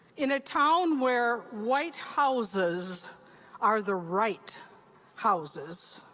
in a town where white houses are the right houses,